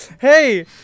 hey